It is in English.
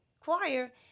choir